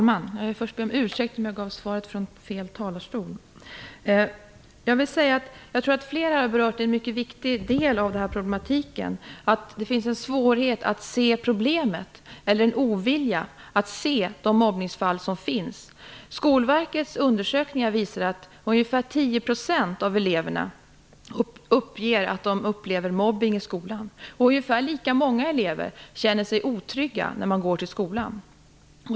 Herr talman! Jag tror att flera har berört en mycket viktig del av den här problematiken. Det finns en svårighet eller en ovilja att se de mobbningsfall som finns. Skolverkets undersökningar visar att ungefär 10 % av eleverna uppger att de upplever mobbning i skolan. Ungefär lika många elever känner sig otrygga när de går till skolan.